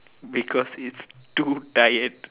because it's too tired